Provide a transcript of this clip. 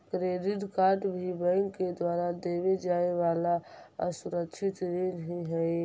credit card भी bank के द्वारा देवे जाए वाला असुरक्षित ऋण ही हइ